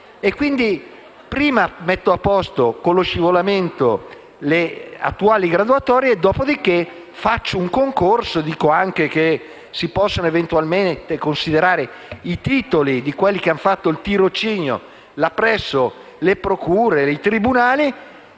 e, quindi, prima si mettono a posto con lo scivolamento le attuali graduatorie e dopo si fa un concorso e si dice che si possono eventualmente considerare i titoli di coloro che hanno fatto il tirocinio presso le procure e i tribunali.